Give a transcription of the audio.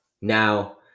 Now